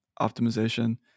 optimization